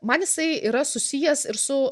man jisai yra susijęs ir su